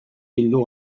bildu